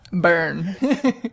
Burn